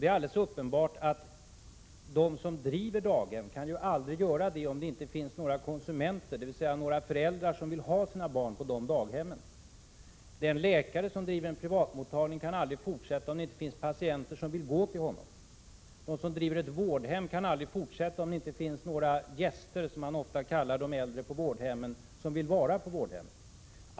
Det är alldeles uppenbart att de som driver daghem inte kan göra det, om det inte finns några konsumenter, dvs. några föräldrar, som vill ha sina barn i deras daghem. Den läkare som 75 driver en privatmottagning kan aldrig fortsätta, om det inte finns patienter som vill gå till honom. De som driver ett vårdhem kan aldrig fortsätta, om det inte finns några ”gäster”, som man ofta kallar de äldre på vårdhemmen, som vill vara där.